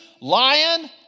Lion